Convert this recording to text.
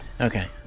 okay